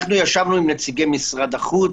אנחנו ישבנו עם נציגי משרד החוץ,